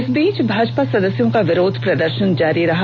इस बीच भाजपा सदस्यों का विरोध प्रदर्शन जारी रहा